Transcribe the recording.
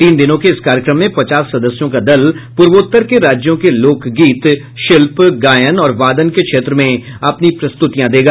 तीन दिनों के इस कार्यक्रम में पचास सदस्यों का दल पूर्वोत्तर के राज्यों के लोक गीत शिल्प गायन और वादन के क्षेत्र में अपनी प्रस्तुतियां देगा